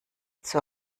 zur